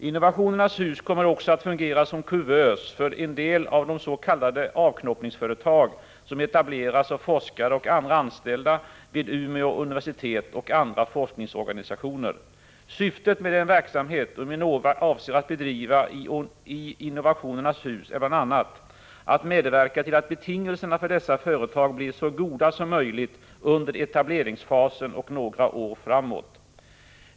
Innovationernas Hus kommer också att fungera som ”kuvös” för en del av de s.k. avknoppningsföretag, som etableras av forskare och andra anställda vid Umeå universitet och andra forskningsorganisationer. Syftet med den verksamhet UMINOVA avser att bedriva i Innovationernas Hus är bl.a. att medverka till att betingelserna för dessa företag blir så goda som möjligt under etableringsfasen och några år framåt.